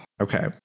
Okay